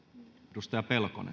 arvoisa